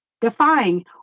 defying